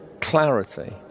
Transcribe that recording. clarity